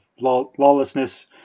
lawlessness